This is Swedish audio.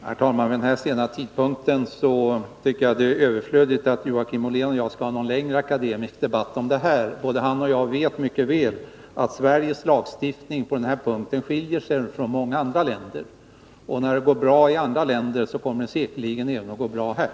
Herr talman! Vid den här sena tidpunkten tycker jag att det är överflödigt att Joakim Ollén och jag för en längre akademisk debatt om detta. Både han och jag vet mycket väl att Sveriges lagstiftning på den här punkten skiljer sig från många andra länders lagstiftning. När det går bra i andra länder, kommer det säkerligen att gå bra även här.